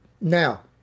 Now